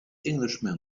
englishman